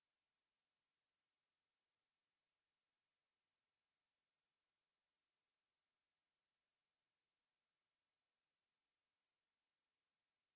ya